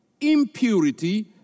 impurity